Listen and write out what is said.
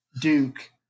Duke